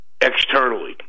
externally